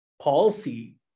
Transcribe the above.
policy